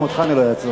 גם אותך אני לא אעצור.